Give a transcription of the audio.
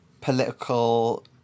political